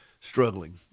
struggling